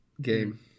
game